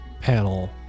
panel